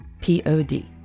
P-O-D